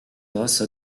grâce